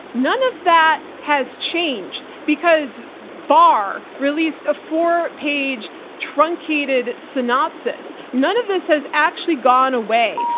none of that has changed because barr released a four-page, truncated synopsis. none of this has actually gone away.